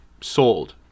sold